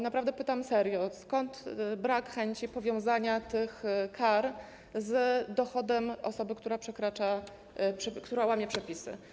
Naprawdę pytam serio o to, skąd brak chęci powiązania kar z dochodem osoby, która przekracza prędkość, łamie przepisy.